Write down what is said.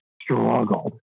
struggled